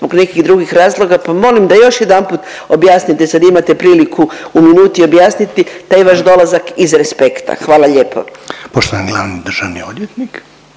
zbog nekih drugih razloga pa molim da još jedanput objasnite, sad imate priliku u minuti objasniti taj vaš dolazak iz respekta. Hvala lijepo. **Reiner, Željko (HDZ)** Poštovani glavni državni odvjetnik.